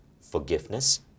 forgiveness